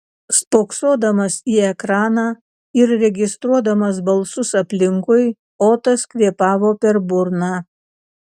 spoksodamas į ekraną ir registruodamas balsus aplinkui otas kvėpavo per burną